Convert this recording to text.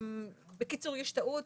בקיצור, יש טעות.